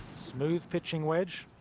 smoove pitching wedge.